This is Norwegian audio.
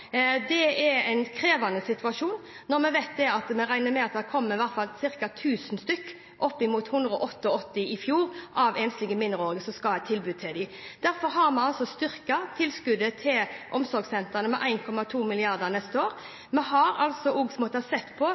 Det er en krevende situasjon når vi regner med at det kommer i hvert fall ca. 1 000 enslige mindreårige – mot 188 i fjor – som vi skal ha et tilbud til. Derfor har vi styrket tilskuddet til omsorgssentrene med 1,2 mrd. kr neste år. Vi har også måttet se på